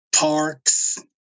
parks